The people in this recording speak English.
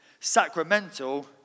sacramental